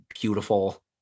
beautiful